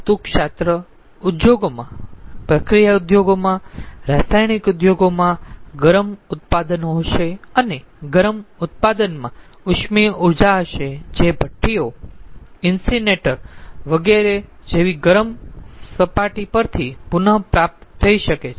ધાતુશાસ્ત્ર ઉદ્યોગોમાં પ્રક્રિયા ઉદ્યોગોમાં રાસાયણિક ઉદ્યોગોમાં ગરમ ઉત્પાદનો હશે અને ગરમ ઉત્પાદનમાં ઉષ્મીય ઊર્જા હશે જે ભઠ્ઠીઓ ઇન્સિનેરેટર વગેરે જેવી ગરમ સપાટી પરથી પુનઃપ્રાપ્ત થઈ શકે છે